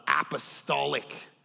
apostolic